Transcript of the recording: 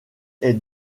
est